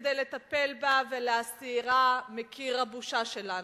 כדי לטפל בה ולהסירה מקיר הבושה שלנו.